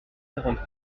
quarante